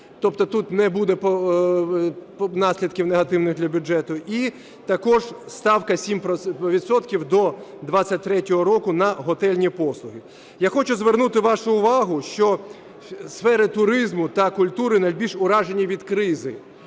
Тобто тут не буде наслідків негативних для бюджету. І також ставка 7 відсотків до 2023 року на готельні послуги. Я хочу звернути вашу увагу, що сфери туризму та культури найбільш уражені від кризи.